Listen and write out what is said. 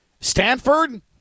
Stanford